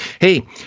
hey